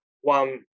one